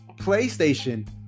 PlayStation